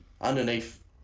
underneath